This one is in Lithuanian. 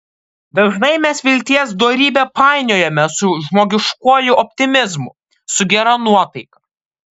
dažnai mes vilties dorybę painiojame su žmogiškuoju optimizmu su gera nuotaika